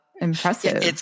impressive